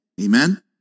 Amen